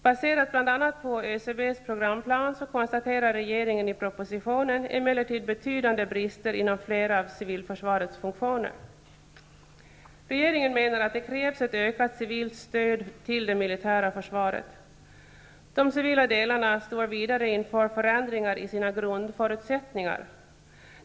Baserat bl.a. på ÖCB:s programplan konstaterar regeringen i propositionen emellertid betydande brister inom flera av civilförsvarets funktioner. Regeringen menar att det krävs ett ökat civilt stöd till det militära försvaret. De civila delarna står vidare inför förändringar i sina grundförutsättningar.